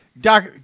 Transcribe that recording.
Doc